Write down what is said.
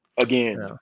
again